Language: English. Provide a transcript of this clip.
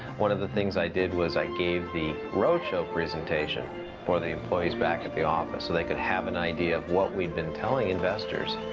one of the things i did was i gave the road show presentation for the employees back at the office, so they could have an idea of what we'd been telling investors,